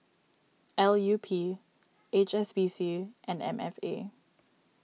L U P H S B C and M F A